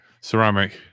Ceramic